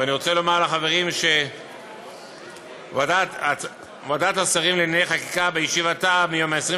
ואני רוצה לומר לחברים שוועדת השרים לענייני חקיקה בישיבתה מיום 26